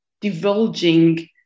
divulging